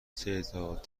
تعداد